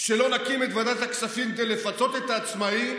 שלא נקים את ועדת הכספים כדי לפצות את העצמאים